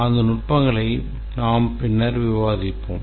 அந்த நுட்பங்களை நாம் பின்னர் விவாதிப்போம்